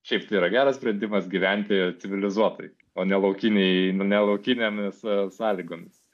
šiaip tai yra geras sprendimas gyventi civilizuotai o ne laukinėj ne laukinėmis sąlygomis